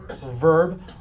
verb